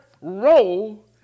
role